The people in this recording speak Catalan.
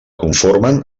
conformen